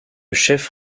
chef